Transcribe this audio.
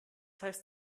heißt